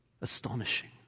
Astonishing